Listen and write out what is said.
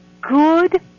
good